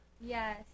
Yes